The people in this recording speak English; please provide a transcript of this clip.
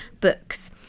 books